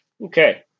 Okay